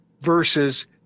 versus